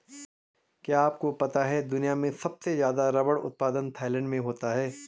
क्या आपको पता है दुनिया में सबसे ज़्यादा रबर उत्पादन थाईलैंड में होता है?